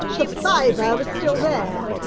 the fiver was still there!